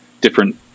different